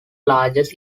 largest